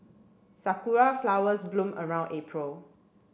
sakura flowers bloom around April